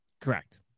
correct